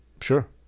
Sure